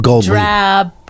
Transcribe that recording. drab